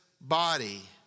body